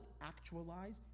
actualize